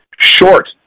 short